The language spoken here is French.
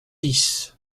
dix